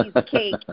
cheesecake